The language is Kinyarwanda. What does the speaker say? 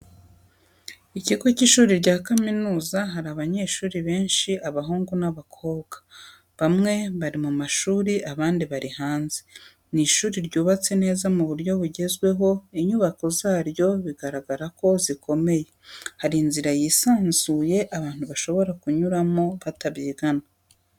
Ikigo cy'ishuri cya kaminuza hari abanyeshuri benshi abahungu n'abakobwa bamwe bari mu mashuri abandi bari hanze, ni ishuri ryubatse neza mu buryo bugezweho inyubako zaryo bigaragara ko zikomeye, hari inzira yisanzuye abantu bashobora kunyuramo batabyigana.